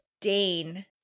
Dane